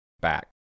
back